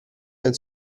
nel